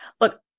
Look